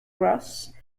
gross